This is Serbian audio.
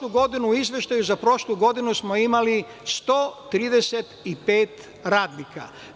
U izveštaju za prošlu godinu smo imali 135 radnika.